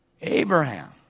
Abraham